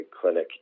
clinic